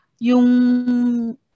yung